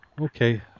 Okay